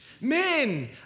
Men